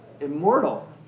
immortal